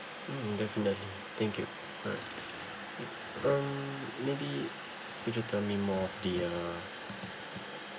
mmhmm that's enough thank you alright mmhmm um maybe could you tell me more of the uh